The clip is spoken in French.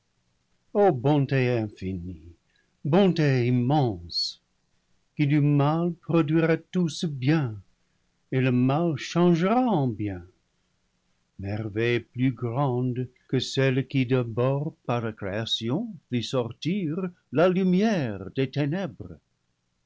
infinie bonté immense qui du mal produira tout ce bien et le mal changera en bien merveille plus grande que celle qui d'abord par la création fit sortir la lumière des